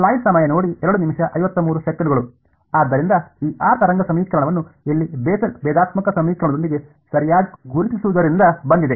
ಆದ್ದರಿಂದ ಈ r ತರಂಗ ಸಮೀಕರಣವನ್ನು ಇಲ್ಲಿ ಬೆಸೆಲ್ ಭೇದಾತ್ಮಕ ಸಮೀಕರಣದೊಂದಿಗೆ ಸರಿಯಾಗಿ ಗುರುತಿಸುವುದರಿಂದ ಬಂದಿದೆ